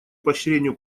поощрению